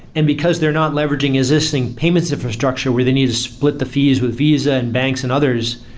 and because they're not leveraging assisting payments infrastructure where they need to split the fees with visa and banks and others,